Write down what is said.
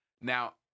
Now